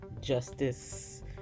justice